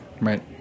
Right